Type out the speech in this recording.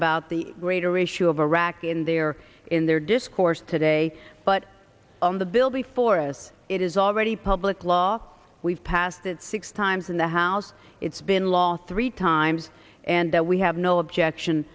about the greater issue of iraq in their in their discourse today but on the bill before us it is already public law we've passed it six times in the house it's been law three times and that we have no objection